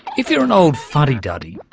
if you're an old fuddy-duddy